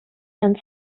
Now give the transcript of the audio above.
and